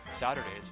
Saturdays